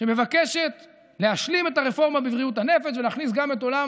שמבקשת להשלים את הרפורמה בבריאות הנפש ולהכניס גם את עולם